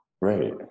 Right